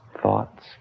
thoughts